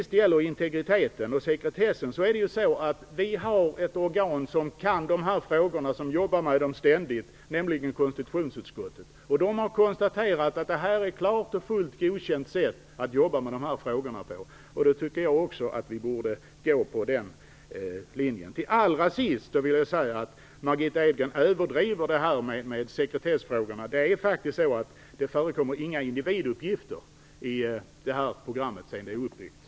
När det gäller integriteten och sekretessen vill jag till sist säga att vi har ett organ som kan de här frågorna och som ständigt arbetar med dem, nämligen konstitutionsutskottet, och utskottet har konstaterat att det här är ett klart godkänt sätt att jobba med de här frågorna. Då tycker jag att vi skall följa den linjen. Till allra sist vill jag säga att Margitta Edgren överdriver sekretessfrågorna. Det förekommer faktiskt inga individuppgifter i det här programmet sedan det är uppbyggt.